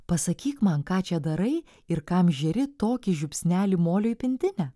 pasakyk man ką čia darai ir kam žeri tokį žiupsnelį molio į pintinę